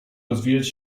rozwijać